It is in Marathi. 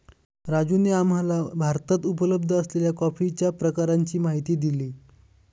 राजूने आम्हाला भारतात उपलब्ध असलेल्या कॉफीच्या प्रकारांची माहिती दिली